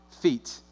feet